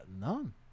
None